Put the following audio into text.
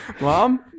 Mom